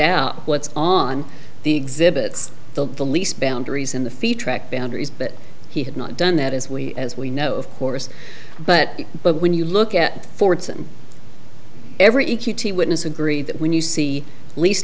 out what's on the exhibits the the lease boundaries and the fee track boundaries but he had not done that as we as we know of course but but when you look at forts and every key witness agree that when you see least